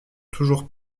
toujours